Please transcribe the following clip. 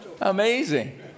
Amazing